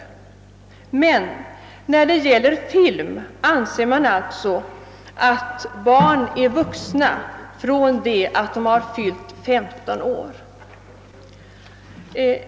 När det gäller film anser man alltså att barn är vuxna från det de fyllt 15 år.